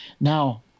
Now